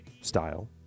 style